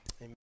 Amen